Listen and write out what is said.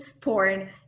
porn